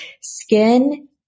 skin